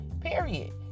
period